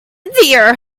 dear